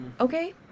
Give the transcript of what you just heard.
okay